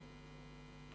להצבעה.